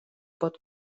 pot